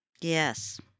Yes